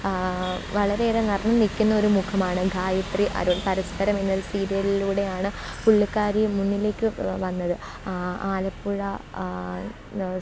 വളരെയേറെ നിറഞ്ഞു നിൽക്കുന്നൊരു മുഖമാണ് ഗായത്രി അരുൺ പരസ്പരം എന്നൊരു സീരിയലിലൂടെയാണ് പുള്ളിക്കാരി മുന്നിലേക്ക് വന്നത് ആലപ്പുഴ